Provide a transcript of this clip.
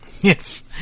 Yes